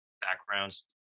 backgrounds